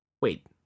Wait